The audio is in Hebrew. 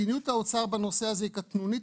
מדיניות האוצר בנושא הזה היא קטנונית,